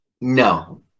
No